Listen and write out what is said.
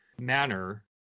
Manner